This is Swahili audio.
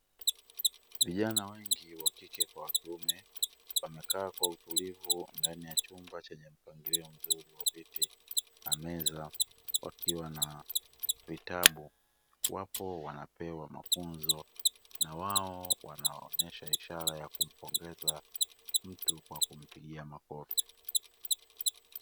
Vijana wengi wakike kwa wakiume wamekaa kwa utulivu ndani ya chumba chenye mpangilio mzuri wa viti na meza, wakiwa na vitabu, wapo wanapewa mafunzo na wao wanaonesha ishara ya kumpongeza mtu kwa kumpigia makofi.